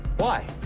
why?